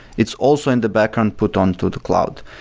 it's also in the background put on to the cloud.